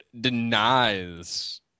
denies